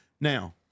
Now